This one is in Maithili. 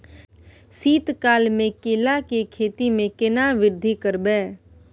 शीत काल मे केला के खेती में केना वृद्धि करबै?